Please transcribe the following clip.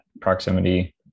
proximity